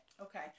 Okay